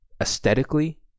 aesthetically